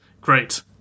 great